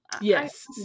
yes